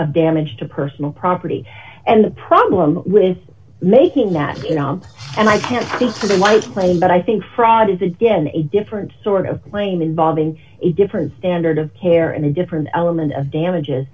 of damage to personal property and the problem with making that job and i can't speak for the white claim but i think fraud is again a different sort of claim involving a different standard of care and a different element of damages